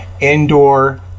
indoor